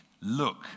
look